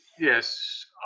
Yes